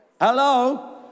Hello